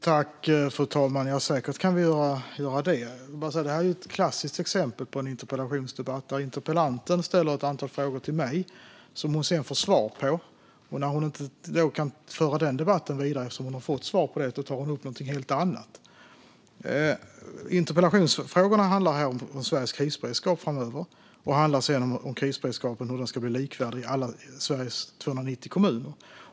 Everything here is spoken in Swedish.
Fru talman! Ja, det kan vi säkert göra. Jag vill bara säga att detta är ett klassiskt exempel på en interpellationsdebatt. Interpellanten ställer ett antal frågor till mig som hon sedan får svar på. När hon inte kan föra den debatten vidare, eftersom hon har fått svar, tar hon upp någonting helt annat. Interpellationsfrågorna handlar om Sveriges krisberedskap framöver och om hur krisberedskapen ska bli likvärdig i alla Sveriges 290 kommuner.